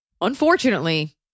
unfortunately